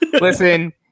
Listen